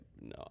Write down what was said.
no